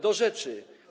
Do rzeczy.